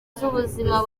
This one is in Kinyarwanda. z’ubuzima